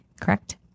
correct